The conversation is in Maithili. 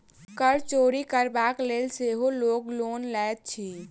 कर चोरि करबाक लेल सेहो लोक लोन लैत अछि